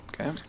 Okay